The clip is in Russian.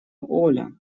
оля